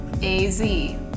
A-Z